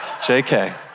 JK